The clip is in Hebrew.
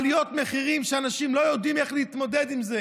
עליות מחירים שאנשים לא יודעים איך להתמודד איתן.